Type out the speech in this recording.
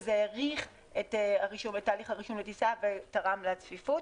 וזה האריך את תהליך הרישום לטיסה ותרם לצפיפות.